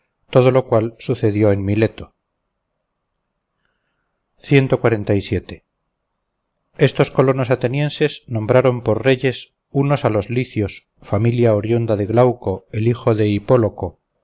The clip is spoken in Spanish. todo lo cual sucedió en mileto estos colonos atenienses nombraron por reyes unos a los licios familia oriunda de glauco el hijo de hipóloco